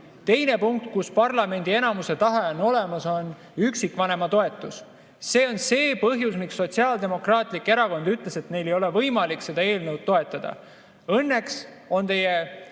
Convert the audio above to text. Teine punkt, kus parlamendi enamuse tahe on olemas, on üksikvanema toetus. See on see põhjus, miks Sotsiaaldemokraatlik Erakond ütles, et neil ei ole võimalik seda eelnõu toetada. Õnneks on teie